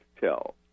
tell